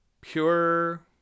pure